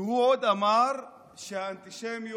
והוא עוד אמר שהאנטישמיות